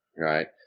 Right